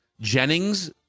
Jennings